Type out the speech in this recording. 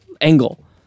angle